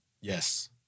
Yes